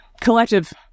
collective